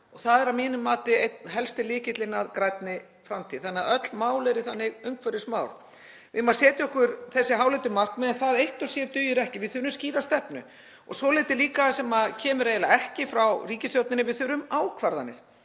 Það er að mínu mati einn helsti lykillinn að grænni framtíð. Þannig eru öll mál umhverfismál. Við eigum að setja okkur þessi háleitu markmið en það eitt og sér dugir ekki. Við þurfum skýra stefnu og svolítið líka sem kemur eiginlega ekki frá ríkisstjórninni, við þurfum ákvarðanir,